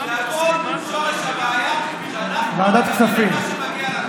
כל שורש הבעיה הוא שאנחנו לא מקבלים את מה שמגיע לנו.